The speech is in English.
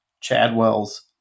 Chadwell's